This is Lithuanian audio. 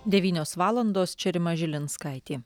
devynios valandos čia rima žilinskaitė